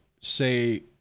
say